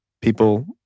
people